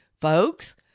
Folks